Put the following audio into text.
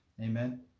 Amen